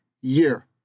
year